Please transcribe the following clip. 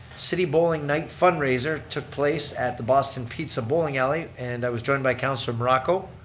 city bowling night fundraiser took place at the boston pizza bowling ally and that was joined by councilor morocco.